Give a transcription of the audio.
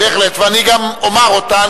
ואני גם אומר אותן,